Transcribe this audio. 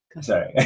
sorry